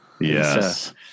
Yes